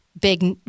big